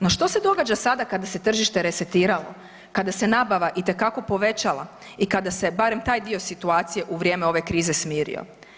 No, što se događa sada kada se tržište resetiralo, kada se nabava itekako povećala i kada se barem taj dio situacije u vrijeme ove krize smirio?